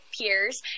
peers